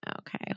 okay